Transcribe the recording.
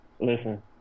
listen